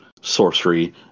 sorcery